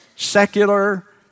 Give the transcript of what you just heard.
Secular